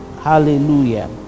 Hallelujah